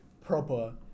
proper